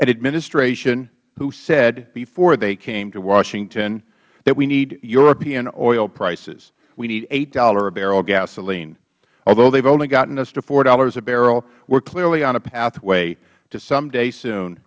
an administration who said before they came to washington that we need european oil prices we need eight dollars a barrel gasoline although they've only gotten us to four dollars a barrel we are clearly on a pathway to some day soon